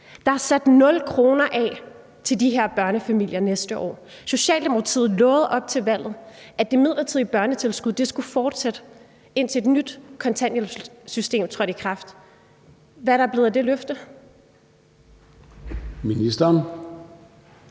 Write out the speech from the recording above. Der er sat 0 kr. af til de her børnefamilier næste år. Socialdemokratiet lovede op til valget, at det midlertidige børnetilskud skulle fortsætte, indtil et nyt kontanthjælpssystem trådte i kraft. Hvad er der blevet af det løfte?